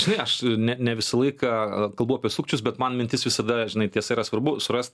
žinai aš ne ne visą laiką kalbu apie sukčius bet man mintis visada žinai tiesa yra svarbu surast